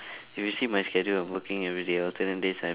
if you see my schedule I'm working every day alternate days I'm